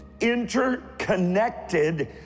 interconnected